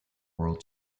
world